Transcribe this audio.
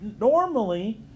normally